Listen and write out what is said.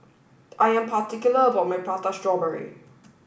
I am particular about my Prata Strawberry